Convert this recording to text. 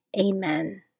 Amen